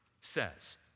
says